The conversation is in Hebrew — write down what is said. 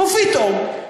ופתאום,